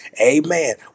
Amen